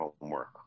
homework